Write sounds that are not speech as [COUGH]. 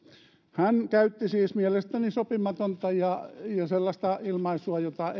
hän käytti siis mielestäni sopimatonta ilmaisua ja sellaista ilmaisua jota [UNINTELLIGIBLE]